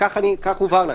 כך הובהר לנו.